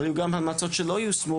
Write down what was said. אבל היו גם המלצות שלא יושמו,